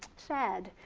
sad.